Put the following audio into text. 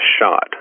shot